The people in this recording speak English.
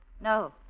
No